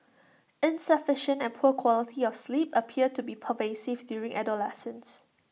insufficient and poor quality of sleep appear to be pervasive during adolescence